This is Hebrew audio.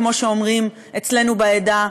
כמו שאומרים אצלנו בעדה,